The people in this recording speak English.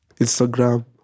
Instagram